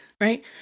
right